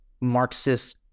marxist